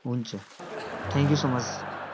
हुन्छ thank you so much